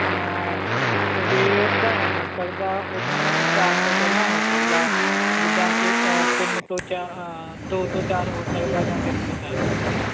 ਹਾਂ ਸਵੇਰ ਦਾ ਨਹੀਂ ਹੋ ਸਕਦਾ ਉਦੋਂ ਚਾਰ ਤੋਂ ਪਹਿਲਾਂ ਹੋ ਸਕਦਾ ਜਿੱਦਾਂ ਕੇ ਤਿੰਨ ਤੋਂ ਚਾ ਦੋ ਤੋਂ ਚਾਰ ਹੋ ਸਕਦਾ ਜਾਂ ਤਿੰਨ ਤੋਂ ਚਾਰ ਹੋ ਸਕਦਾ